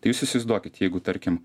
tai jūs įsivaizduokit jeigu tarkim